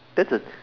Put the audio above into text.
that's a